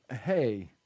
Hey